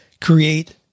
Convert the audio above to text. create